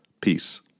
Peace